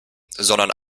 sondern